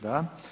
Da.